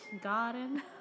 garden